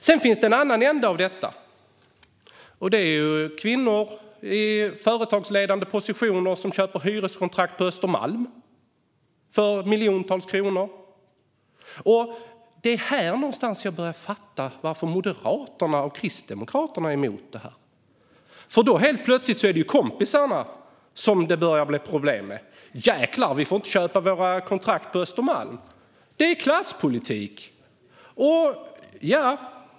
Sedan finns det en annan sida av detta, och det är kvinnor i företagsledande positioner som köper hyreskontrakt på Östermalm för miljontals kronor. Och det är här någonstans jag börjar fatta varför Moderaterna och Kristdemokraterna är emot det här. Nu är det ju helt plötsligt deras kompisar som börjar få problem. Jäklar - vi får inte köpa våra kontrakt på Östermalm! Det är klasspolitik!